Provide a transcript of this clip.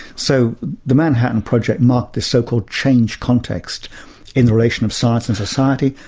so the manhattan project marked the so-called changed context in the relation of science and society,